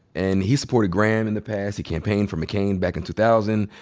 and he supported graham in the past. he campaigned for mccain back in two thousand,